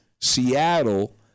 Seattle